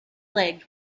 leg